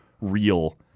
real